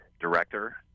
director